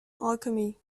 alchemy